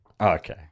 Okay